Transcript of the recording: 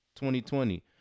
2020